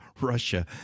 Russia